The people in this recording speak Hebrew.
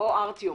או ארטיום?